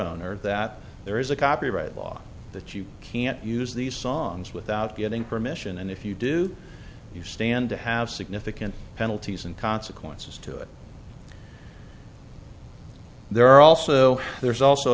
owner that there is a copyright law that you can't use these songs without getting permission and if you do you stand to have significant penalties and consequences to it there are also there's also